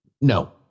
No